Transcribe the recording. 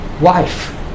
wife